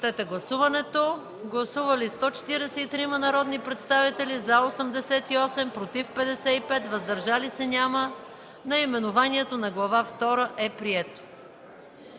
зала. Гласували 143 народни представители: за 88, против 55, въздържали се няма. Наименованието на Глава втора е прието.